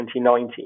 2019